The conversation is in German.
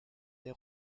der